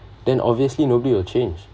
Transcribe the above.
then obviously nobody will change